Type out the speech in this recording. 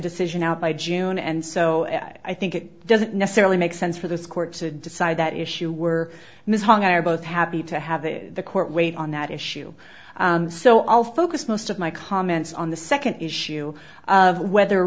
decision out by june and so i think it doesn't necessarily make sense for this court to decide that issue we're missing are both happy to have the court wait on that issue so i'll focus most of my comments on the second issue of whether